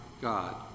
God